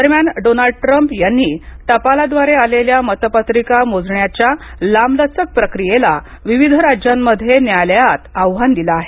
दरम्यान Donald Trump यांनी टपालाद्वारे आलेल्या मतपत्रिका मोजण्याच्या लांबलचक प्रकियेला विविध राज्यांमध्ये न्यायालयात आव्हान दिलं आहे